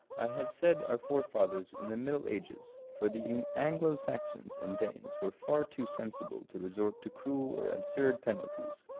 i have said our forefathers in the middle ages, for the anglo-saxons and danes were far too sensible to resort to cruel or absurd penalties,